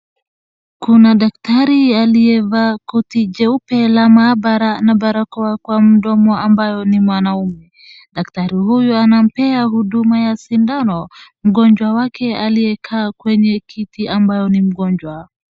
Kuna daktari aliyevaa koti jeupe la maabara na barakoa kwa mdomo ambaye ni mwanaume. Daktari huyu anampea huduma ya sindano mgonjwa wake aliyekaa kwenye kiti ambaye ni mgonjwa.